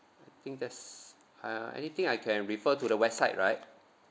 I think that's uh anything I can refer to the website right